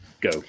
Go